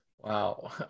Wow